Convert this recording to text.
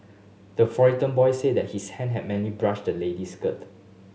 the frightened boy said that his hand had merely brushed the lady's skirt